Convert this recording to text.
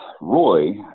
Roy